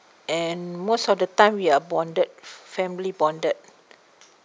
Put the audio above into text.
and most of the time we are bonded family bonded